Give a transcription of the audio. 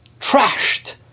trashed